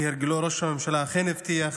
כהרגלו, ראש הממשלה אכן הבטיח